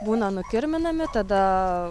būna nukirminami tada